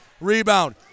Rebound